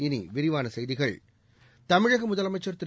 இனி விரிவான செய்கிகள் தமிழக முதலமைச்ச் திரு